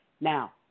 Now